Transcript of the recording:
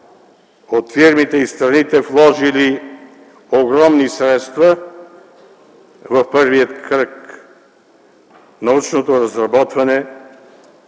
от фирмите и страните, вложили огромни средства в първия кръг – научното разработване